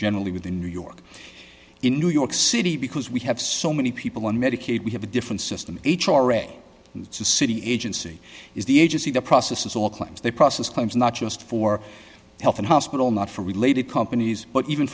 generally within new york in new york city because we have so many people on medicaid we have a different system h r a it's a city agency is the agency the process is all claims they process claims not just for health and hospital not for related companies but even